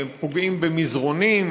פגעו במזרנים,